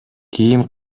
кийин